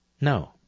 No